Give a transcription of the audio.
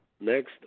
Next